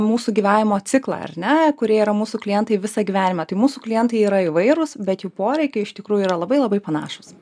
mūsų gyvenimo ciklą ar ne kurie yra mūsų klientai visą gyvenimą tai mūsų klientai yra įvairūs bet jų poreikiai iš tikrųjų yra labai labai panašūs